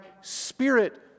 spirit